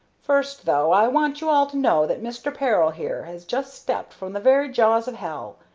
first, though, i want you all to know that mister peril here has just stepped from the very jaws of hell,